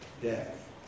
death